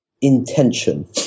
intention